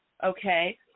Okay